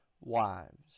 wives